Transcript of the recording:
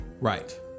Right